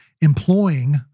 employing